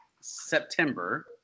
September